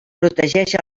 protegeix